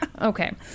Okay